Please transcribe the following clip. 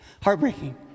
Heartbreaking